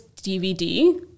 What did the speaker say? DVD